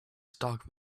stock